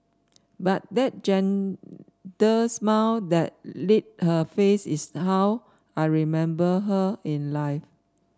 but that gentle smile that lit her face is how I remember her in life